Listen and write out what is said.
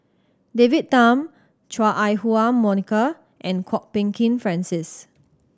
David Tham Chua Ah Huwa Monica and Kwok Peng Kin Francis